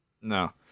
No